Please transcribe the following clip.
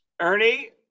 Ernie